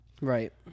Right